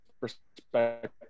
perspective